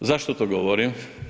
Zašto to govorim?